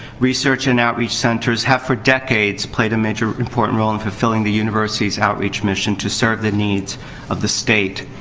research and outreach centers have, for decades played a major important role in fulfilling the university's outreach mission to serve the needs of the state.